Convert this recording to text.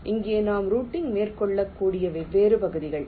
இங்கே நாம் ரூட்டிங் மேற்கொள்ளக்கூடிய வெவ்வேறு பகுதிகள்